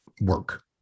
work